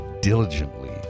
diligently